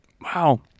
Wow